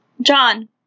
John